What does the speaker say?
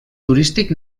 turístic